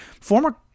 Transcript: former